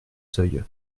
seuils